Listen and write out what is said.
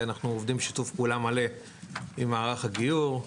ואנחנו עובדים בשיתוף פעולה עם מערך הגיור.